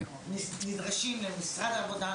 נדרשים למשרד העבודה,